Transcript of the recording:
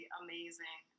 amazing